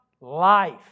life